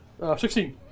16